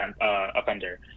offender